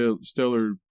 stellar